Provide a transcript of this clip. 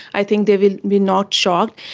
i think they will be not shocked.